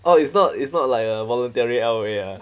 oh it's not it's not like a voluntary L_O_A ah